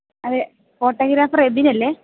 അതെ ഫോട്ടോഗ്രാഫർ എബിനല്ലേ